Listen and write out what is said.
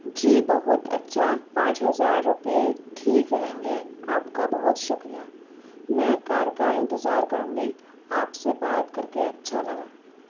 جی بہت اچھا پانچ ہزار روپئے ٹھیک رہیں گے آپ کا بہت شکریہ میں کار کا انتظار کروں گی آپ سے بات کر کے اچھا لگا